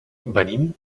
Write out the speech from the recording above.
venim